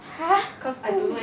!huh! so